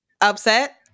upset